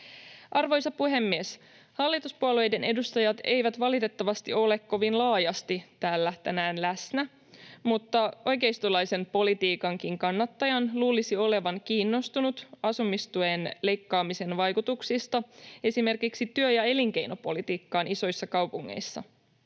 Arvoisa puhemies! Hallituspuolueiden edustajat eivät valitettavasti ole kovin laajasti täällä tänään läsnä, mutta oikeistolaisen politiikankin kannattajan luulisi olevan kiinnostunut asumistuen leikkaamisen vaikutuksista esimerkiksi työ- ja elinkeinopolitiikkaan isoissa kaupungeissa.